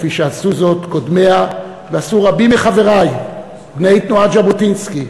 כפי שעשו זאת קודמיה ועשו רבים מחברי בני תנועת ז'בוטינסקי